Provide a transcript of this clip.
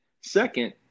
second